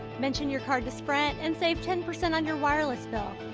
mention your card to sprint and save ten percent on your wireless bill,